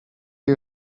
you